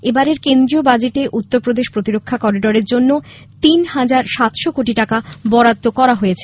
এবারের কেন্দ্রীয় বাজেটে উত্তরপ্রদেশ প্রতিরক্ষা করিডোরের জন্য তিন হাজার সাতশো কোটি টাকা বরাদ্দ করা হয়েছে